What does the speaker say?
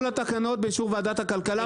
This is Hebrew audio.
כל התקנות באישור ועדת הכלכלה,